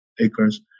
acres